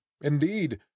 Indeed